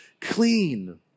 clean